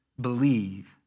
believe